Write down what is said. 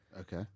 okay